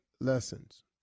lessons